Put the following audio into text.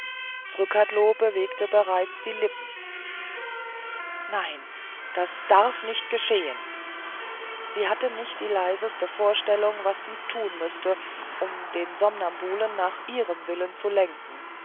zrcadlo bewegte bereits die lippen nein das darf nicht geschehen sie hatte nicht die leiseste vorstellung was sie tun müßte um den somnambulen nach ihrem willen zu lenken